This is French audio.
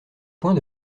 point